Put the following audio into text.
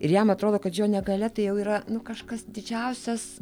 ir jam atrodo kad jo negalia tai jau yra nu kažkas didžiausias